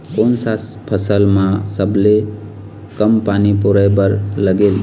कोन सा फसल मा सबले कम पानी परोए बर लगेल?